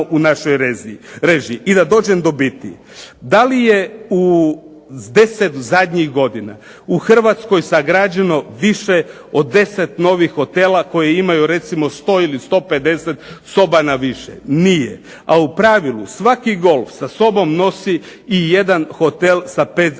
u našoj režiji. I da dođem do biti. Da li je 10 zadnjih godina u Hrvatskoj sagrađeno više od 10 novih hotela koji imaju recimo 100 ili 150 soba na više? Nije. A u pravilu, svaki golf sa sobom nosi i jedan hotel sa 5